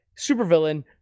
supervillain